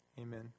amen